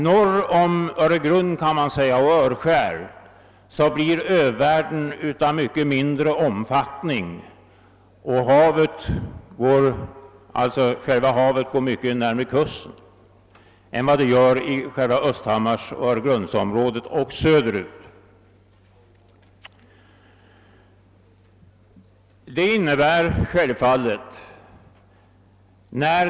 Norr om Öregrund och Örskär blir övärlden av mycket mindre omfattning och havet går mycket närmare själva kusten än vad det gör i Östhammar—Öregrundsområdet och söderut.